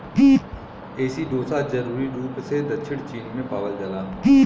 एसिडोसा जरूरी रूप से दक्षिणी चीन में पावल जाला